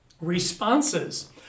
responses